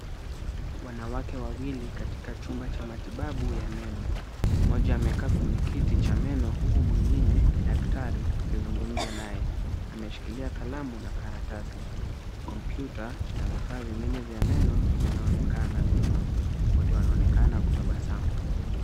Wanawake wawili katika chumba cha matibabu ya meno. Mmoja amekaa kwenye kiti cha meno huku mwingine daktari akizungumza naye. Ameishikilia kalamu na karatasi. Kompyuta na vifaa vingine vya meno vinaonekana nyuma. Wote wanaonekana kutabasamu.